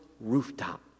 rooftop